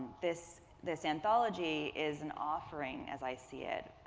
this this anthology is an offering, as i see it,